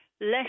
less